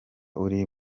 uri